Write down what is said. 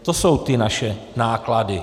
To jsou ty naše náklady.